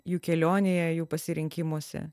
jų kelionėje jų pasirinkimuose